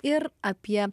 ir apie